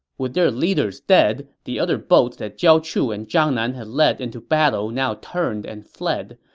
with their leaders dead, the other boats that jiao chu and zhang nan had led into battle now turned and fled.